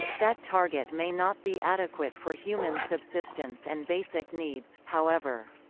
that target may not be adequate for human subsistence and basic needs, however.